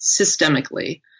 systemically